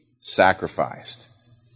sacrificed